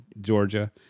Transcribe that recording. Georgia